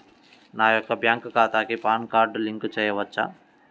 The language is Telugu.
నా యొక్క బ్యాంక్ ఖాతాకి పాన్ కార్డ్ లింక్ చేయవచ్చా?